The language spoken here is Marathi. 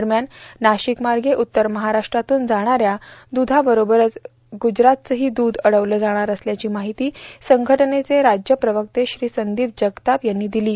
दरम्यान नाशिकमार्गे उत्तर महाराष्ट्रातून जाणाऱ्या द्रधाबरोबरच ग्रजरातचंही दूध अडवलं जाणार असल्याची माहिती संघटनेचे राज्य प्रवक्ते श्री संदीप जगताप यांनी दिली आहे